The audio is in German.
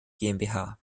gmbh